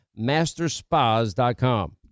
masterspas.com